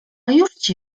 jużci